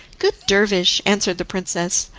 good dervish, answered the princess,